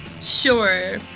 Sure